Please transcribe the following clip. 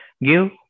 give